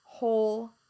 whole